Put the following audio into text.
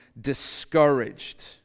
discouraged